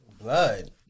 Blood